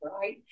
right